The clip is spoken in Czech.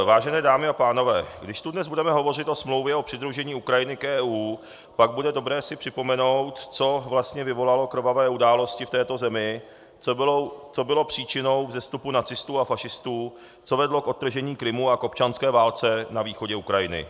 Vážené dámy a pánové, když tu dnes budeme hovořit o smlouvě o přidružení Ukrajiny k EU, pak bude dobré si připomenout, co vlastně vyvolalo krvavé události v této zemi, co bylo příčinou vzestupu nacistů a fašistů, co vedlo k odtržení Krymu a k občanské válce na východě Ukrajiny.